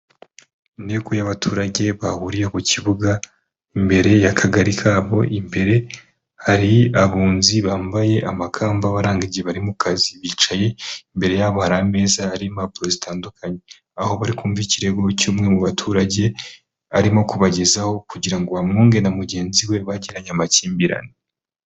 Inteko y'abaturage bahuriye ku kibuga imbere y'akagari kabo, imbere hari abunzi bambaye amakamba abaranga igihe bari mu kazi, bicaye imbere yabo hari ameza hari impapuro zitandukanye, aho bari kumvamva ikirego cy'umwe mu baturage arimo kubagezaho kugira ngo bamwunge na mugenzi we bagiranye amakimbirane.